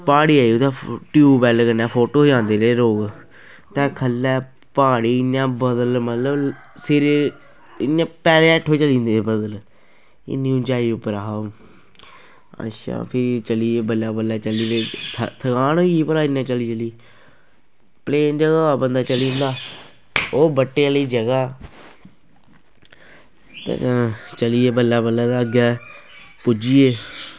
प्हाड़ी आई ते टयूबैल्ल कन्नै फोटो खचांदे रेह् लोक ते ख'ल्लै प्हाड़ी इयां बद्दल मतलब इ'यां सिरें इयां पैरें हैठे चली जंदे हे बद्दल इन्नी उंचाई उप्पर हा ओह् अच्छा फ्ही चली पे बल्लें बल्लें चली पे थ थकान होई गेई भला इन्ने चली चली प्लेन जगह् होऐ बंदा चली जंदा ओह् बट्टें आह्ली जगह् ते चली गे बल्लें बल्लें ते अग्गें पुज्जी गे